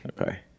Okay